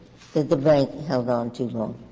that the bank held on too long.